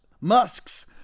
Musk's